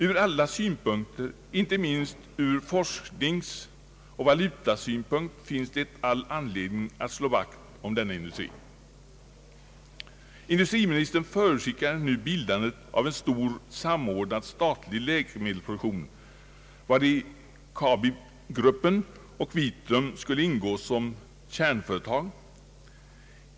Ur alla synpunkter, inte minst ur forskningsoch valutasynpunkt, finns det all anledning att slå vakt om denna industri. Industriministern = förutskickar nu bildandet av en stor samordnad statlig läkemedelsproduktion, vari Kabigruppen och Vitrum skulle ingå som kärnföretag.